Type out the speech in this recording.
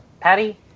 Patty